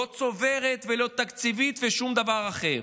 לא צוברת ולא תקציבית ולא שום דבר אחר.